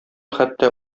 хәтта